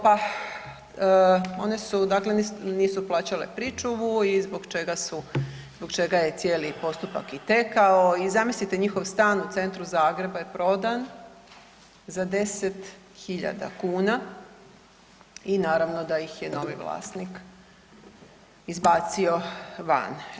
Pa one su, dakle nisu plaćale pričuvu i zbog čega je cijeli postupak i tekao i zamislite njihov stan u centru Zagreba je prodan za 10 000 kn i naravno da ih je novi vlasnik izbacio van.